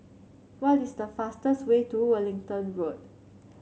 what is the fastest way to Wellington Road